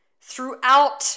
throughout